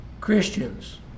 Christians